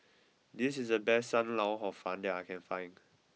this is the best Sam Lau Hor Fun that I can find